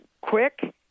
quick